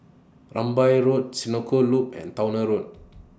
Rambai Road Senoko Loop and Towner Road